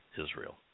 Israel